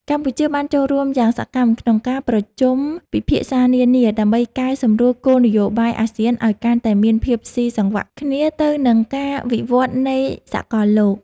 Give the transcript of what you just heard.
កម្ពុជាបានចូលរួមយ៉ាងសកម្មក្នុងការប្រជុំពិភាក្សានានា ដើម្បីកែសម្រួលគោលនយោបាយអាស៊ានឱ្យកាន់តែមានភាពស៊ីសង្វាក់គ្នាទៅនឹងការវិវត្តនៃសកលលោក។